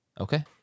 Okay